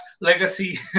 legacy